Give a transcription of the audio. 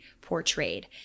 portrayed